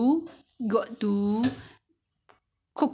water will be gone um so it's low heat